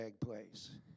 place